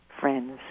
friends